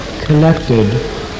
connected